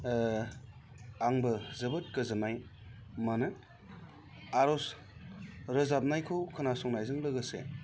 आंबो जोबोद गोजोन्नाय मोनो आर'ज रोजाबनायखौ खोनासंनायजों लोगोसे